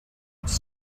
its